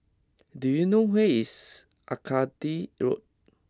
do you know where is Arcadia Road